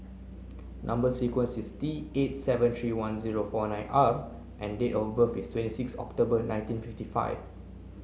number sequence is T eight seven three one zero four nine R and date of birth is twenty six October nineteen fifty five